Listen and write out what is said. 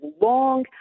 long